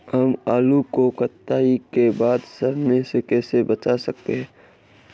हम आलू को कटाई के बाद सड़ने से कैसे बचा सकते हैं?